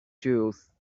juice